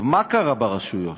מה קרה ברשויות?